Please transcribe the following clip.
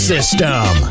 System